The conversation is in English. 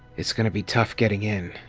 it's going to be tough getting in,